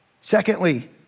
Secondly